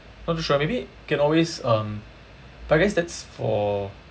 not too sure maybe can always um but I guess that's for